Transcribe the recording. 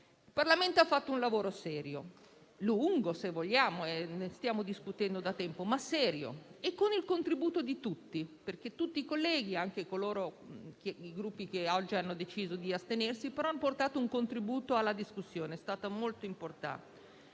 Il Parlamento ha fatto un lungo lavoro, perché ne stiamo discutendo da tempo, ma serio e con il contributo di tutti, perché tutti i colleghi, anche appartenenti ai Gruppi che oggi hanno deciso di astenersi, hanno portato un contributo alla discussione, che è stata molto importante,